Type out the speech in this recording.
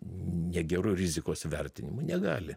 negeru rizikos vertinimu negali